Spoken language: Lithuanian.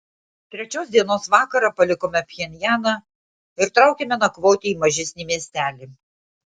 trečios dienos vakarą palikome pchenjaną ir traukėme nakvoti į mažesnį miestelį